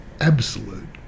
absolute